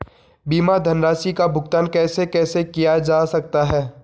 बीमा धनराशि का भुगतान कैसे कैसे किया जा सकता है?